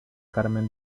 carmen